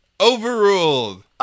overruled